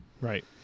Right